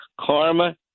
Karma